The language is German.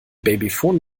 babyphon